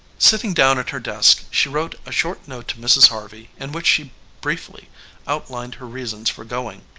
sitting down at her desk she wrote a short note to mrs. harvey, in which she briefly outlined her reasons for going.